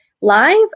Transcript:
live